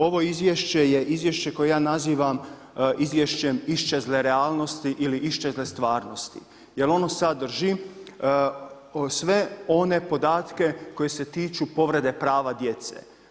Ovo izvješće je izvješće koje ja nazivam izvješćem iščezle realnosti ili iščezle stvarnosti jer ono sadrži sve one podatke koji se tiču povrede prava djece.